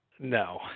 No